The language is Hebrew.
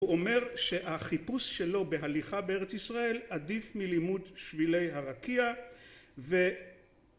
הוא אומר שהחיפוש שלו בהליכה בארץ ישראל עדיף מלימוד שבילי הרקיע ו